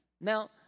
Now